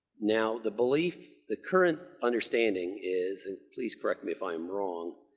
now, the belief, the current understanding is, and please correct me if i am wrong,